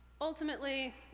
Ultimately